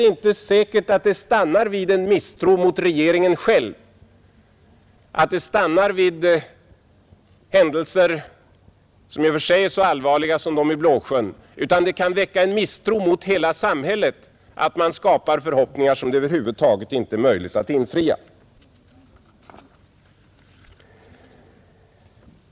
Det är inte säkert att det stannar vid en misstro mot regeringen själv, att det stannar vid händelser som i och för sig är så allvarliga som de i Blåsjön, utan det kan också väcka en misstro mot hela samhället att man skapar förhoppningar som det över huvud taget inte är möjligt att infria.